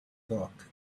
book